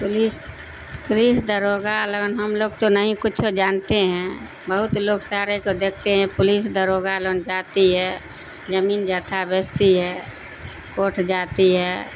police police داروغہ لن ہم لوگ تو نہیں کچھ جانتے ہیں بہت لوگ سارے کو دیکھتے ہیں پولیس داروغہ لن جاتی ہے زمین بیچتی ہے کوٹ جاتی ہے